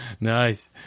Nice